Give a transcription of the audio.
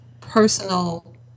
personal